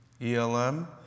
ELM